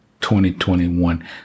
2021